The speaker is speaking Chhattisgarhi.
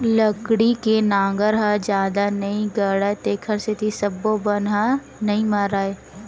लकड़ी के नांगर ह जादा नइ गड़य तेखर सेती सब्बो बन ह नइ मरय